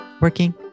working